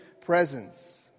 presence